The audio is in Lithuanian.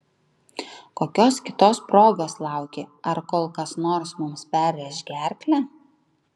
kokios kitos progos lauki ar kol kas nors mums perrėš gerklę